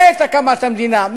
בעת הקמת המדינה,